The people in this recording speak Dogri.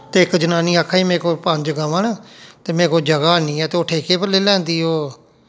ते इक जनानी आक्खा दी ही मेरे कोल पंज गवां न ते मेरे कोल जगह निं ऐ ते ओह् ठेके पर लेई लैंदी ओह्